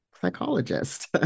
psychologist